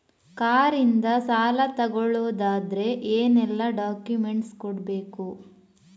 Car ಇಂದ ಸಾಲ ತಗೊಳುದಾದ್ರೆ ಏನೆಲ್ಲ ಡಾಕ್ಯುಮೆಂಟ್ಸ್ ಕೊಡ್ಬೇಕು?